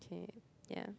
okay yeah